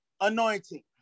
anointing